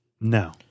No